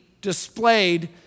displayed